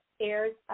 airs